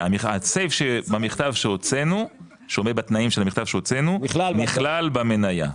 הסייף במכתב שהוצאנו שעומד בתנאים שהוצאנו נכלל במנייה,